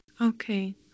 Okay